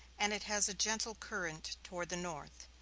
and it has a gentle current toward the north.